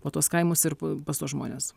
po tuos kaimus ir pas tuos žmones